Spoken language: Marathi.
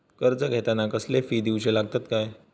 कर्ज घेताना कसले फी दिऊचे लागतत काय?